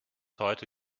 heute